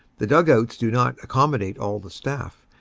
the dug-outs do not accommodate all the staff,